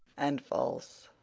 and false.